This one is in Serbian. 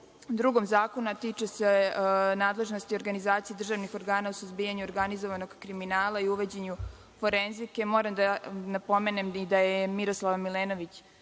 drugom zakonu, a tiče se nadležnosti organizacije državnih organa u suzbijanju organizovanog kriminala i uvođenju forenzike, moram da napomenem da je Miroslava Milenović